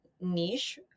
niche